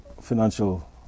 financial